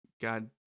God